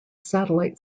satellite